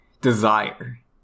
desire